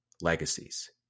legacies